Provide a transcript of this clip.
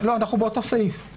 לא, אנחנו באותו סעיף.